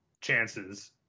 chances